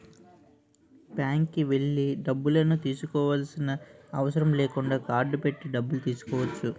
బ్యాంక్కి వెళ్లి డబ్బులను తీసుకోవాల్సిన అవసరం లేకుండా కార్డ్ పెట్టి డబ్బులు తీసుకోవచ్చు